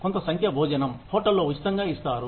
కొంత సంఖ్య భోజనం హోటల్లో ఉచితంగా ఇస్తారు